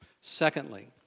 Secondly